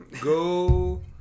Go